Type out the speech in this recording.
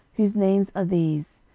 whose names are these,